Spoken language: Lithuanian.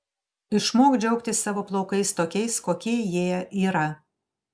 išmok džiaugtis savo plaukais tokiais kokie jie yra